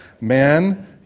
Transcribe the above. Man